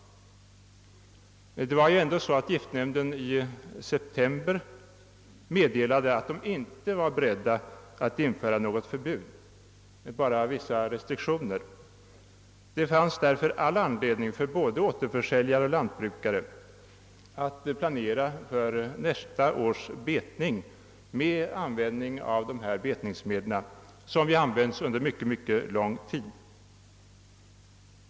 Det var ändå så, att giftnämnden i september meddelade att den inte var beredd att införa något förbud utan endast vissa restriktioner. Det fanns därför anledning både för återförsäljare och lantbrukare att planera för nästa års betning med användning av dessa betningsmedel, som ju använts under mycket lång tid.